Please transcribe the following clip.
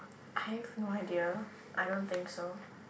I have no idea I don't think so